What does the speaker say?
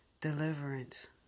deliverance